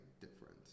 different